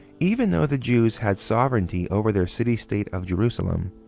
even though the jews had sovereignty over their city state of jerusalem,